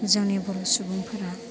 जोंनि बर' सुबुंफोरा